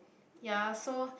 ya so